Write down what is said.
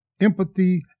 empathy